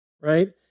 right